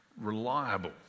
reliable